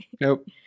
Nope